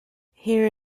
here